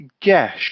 Gesh